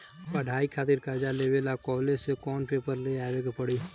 पढ़ाई खातिर कर्जा लेवे ला कॉलेज से कौन पेपर ले आवे के पड़ी?